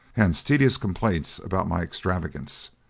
hence, tedious complaints about my extravagance.